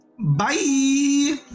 Bye